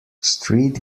street